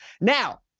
Now